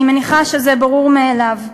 אני מניחה שזה ברור מאליו.